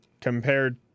compared